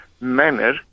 manner